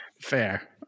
Fair